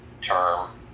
term